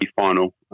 final